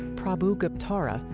prabhu guptara,